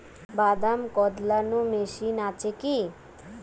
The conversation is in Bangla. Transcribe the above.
বাদাম কদলানো মেশিন আছেকি?